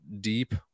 deep